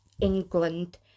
England